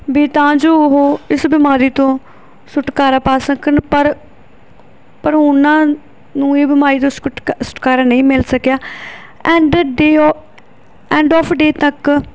ਵੀ ਤਾਂ ਜੋ ਉਹ ਇਸ ਬਿਮਾਰੀ ਤੋਂ ਛੁਟਕਾਰਾ ਪਾ ਸਕਣ ਪਰ ਪਰ ਉਹਨਾਂ ਨੂੰ ਇਹ ਬਿਮਾਰੀ ਤੋ ਛੁਟਕਾ ਛੁਟਕਾਰਾ ਨਹੀਂ ਮਿਲ ਸਕਿਆ ਐਂਡ ਦੇ ਉਹ ਐਂਡ ਆਫ ਡੇਅ ਤੱਕ